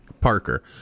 Parker